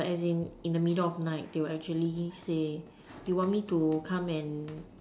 like as in in the middle of night they will actually say you want me to come and